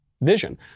vision